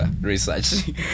Research